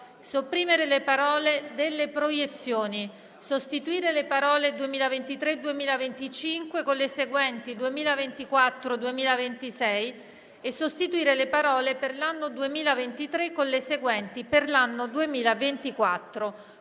sopprimere le parole: "delle proiezioni"; sostituire le parole: "2023-2025" con le seguenti: "2024-2026"; sostituire le parole: "per l'anno 2023" con le seguenti: "per l'anno 2024".